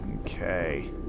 Okay